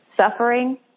suffering